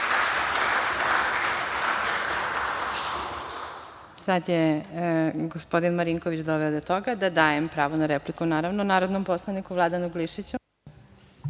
Sad je gospodin Marinković doveo do toga da dajem pravo na repliku, naravno, narodnom poslaniku Vladanu